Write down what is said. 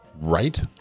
Right